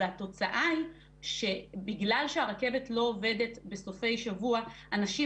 והתוצאה היא שבגלל שהרכבת לא עובדת בסופי שבוע אנשים